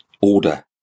order